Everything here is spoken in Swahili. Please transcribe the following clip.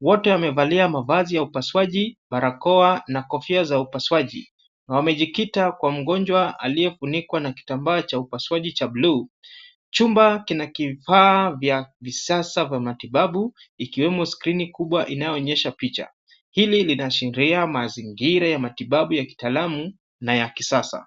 Wote wamevalia mavazi ya upasuaji, barakoa na kofia za upasuaji na wamejikita kwa mgonjwa aliyefunikwa na kitambaa cha upasuaji cha bluu. Chumba kina vifaa vya kisasa vya matibabu, ikiwemo skrini kubwa inayoonyesha picha. Hili linaashiria mazingira ya matibabu ya kitaalamu na ya kisasa.